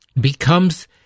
becomes